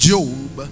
Job